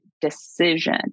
decision